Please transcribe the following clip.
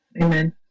Amen